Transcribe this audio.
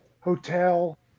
hotel